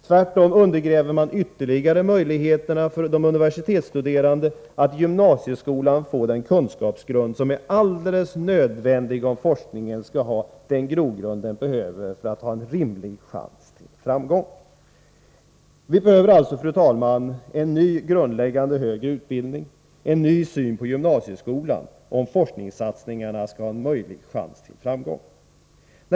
Tvärtom undergräver man ytterligare möjligheterna för de universitetsstuderande att i gymnasieskolan få den kunskapsgrund som är nödvändig om forskningen skall ges den grogrund den behöver för att ha en rimlig chans till framgång. Vi behöver alltså, fru talman, en ny grundläggande högre utbildning, och en ny syn på gymnasieskolan, om forskningssatsningarna skall lyckas.